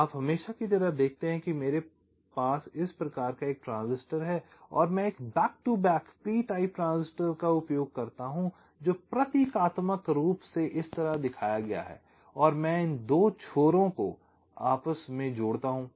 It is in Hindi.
आप हमेशा की तरह देखते हैं कि मेरे पास इस प्रकार का एक ट्रांजिस्टर है और मैं एक और back to back p type transistor का उपयोग करता हूं जो प्रतीकात्मक रूप से इस तरह दिखाया गया है और मैं इन 2 छोरों को जोड़ता हूं